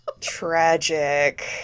Tragic